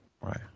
Right